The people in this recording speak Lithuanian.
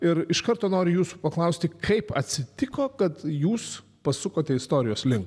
ir iš karto noriu jūsų paklausti kaip atsitiko kad jūs pasukote istorijos link